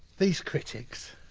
these critics,